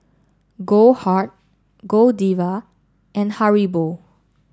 Goldheart Godiva and Haribo